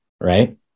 right